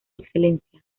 excelencia